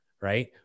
right